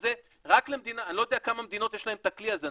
וזה רק למדינה אני לא יודע לכמה מדינות יש להם את הכלי הזה,